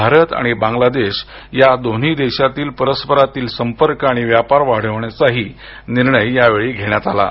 भारत आणि बांगलादेश या दोन्ही देशांनी परस्परातील संपर्क आणि व्यापार वाढवण्याचाही निर्णय घेतला आहे